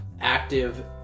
active